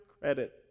credit